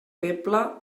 feble